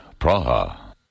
Praha